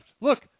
Look